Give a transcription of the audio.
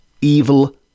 evil